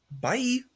bye